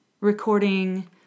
recording